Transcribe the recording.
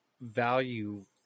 value